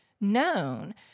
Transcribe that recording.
known